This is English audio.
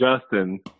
Justin